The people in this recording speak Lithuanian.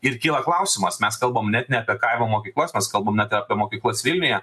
ir kyla klausimas mes kalbam net ne apie kaimo mokyklas mes kalbam apie mokyklas vilniuje